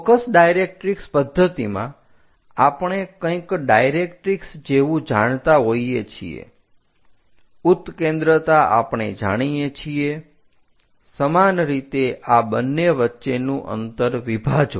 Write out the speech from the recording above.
focus directrix પદ્ધતિમાં આપણે કંઈક ડાયરેક્ટ્રિક્ષ જેવુ જાણતા હોઈએ છીએ ઉત્કેન્દ્રતા આપણે જાણીએ છીએ સમાન રીતે આ બંને વચ્ચેનું અંતર વિભાજો